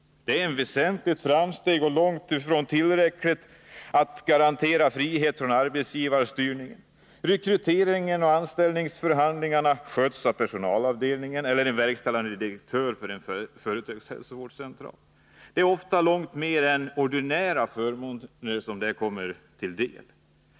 Detta är ett väsentligt framsteg, men långt ifrån tillräckligt för att garantera frihet från arbetsgivarstyrningen. Rekrytering och anställningsförhandlingar sköts av personalavdelningen eller av en verkställande direktör för en företagshälsovårdscentral, där ofta långt mer än ordinära förmåner kontrakteras.